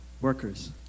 workers